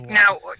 now